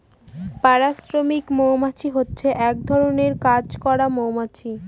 পাড়া শ্রমিক মৌমাছি হচ্ছে এক ধরনের কাজ করার মৌমাছি